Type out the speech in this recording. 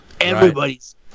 Everybody's